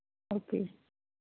okay